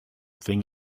thing